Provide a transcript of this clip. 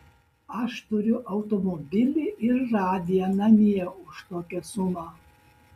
aš turiu automobilį ir radiją namie už tokią sumą